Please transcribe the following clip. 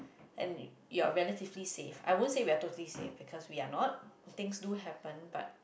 and you are relatively safe I won't say we are totally safe because we are not things too happen but